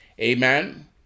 Amen